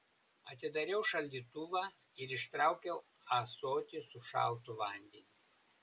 atidariau šaldytuvą ir ištraukiau ąsotį su šaltu vandeniu